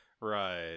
right